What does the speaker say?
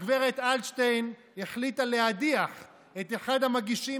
גב' אלטשטיין החליטה להדיח את אחד המגישים